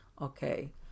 Okay